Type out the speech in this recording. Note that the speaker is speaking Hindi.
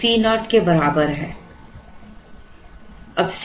अब C naught यह ऑर्डर लागत है